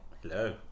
Hello